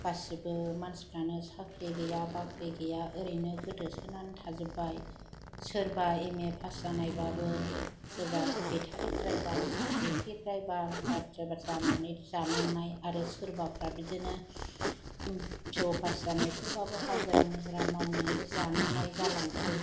गासैबो मानसिफोरानो साख्रि गैया बाख्रि गैया ओरैनो गोदोसोनानै थाजोब्बाय सोरबा एम ए पास जानायब्लाबो सोरबा बेटारी ड्राइभार एफे ड्राइभार गारि ड्राइभार जानानै जानांनाय आरो सोरबाफोरा बिदिनो पि इउ पास जानायफोराबो हाजिरा हुजिरा मावनानै जानांनाय जालांखो